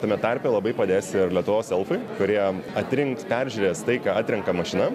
tame tarpe labai padės ir lietuvos elfai kurie atrinks peržiūrės tai ką atrenka mašina